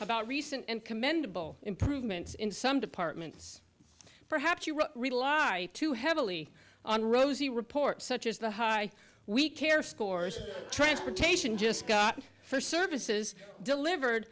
about recent and commendable improvements in some departments perhaps you rely too heavily on rosy reports such as the high we care scores transportation just got for services delivered